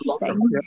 interesting